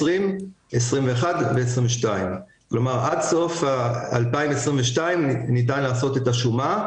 עד סוף 2022 ניתן לעשות את השומה,